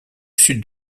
sud